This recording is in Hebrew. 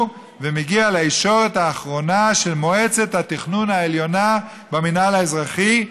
ומגיע לישורת האחרונה של מועצת התכנון העליונה במינהל האזרחי,